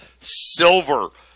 Silver